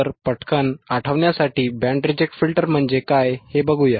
तर पटकन आठवण्यासाठी बँड रिजेक्ट फिल्टर म्हणजे काय हे बघूया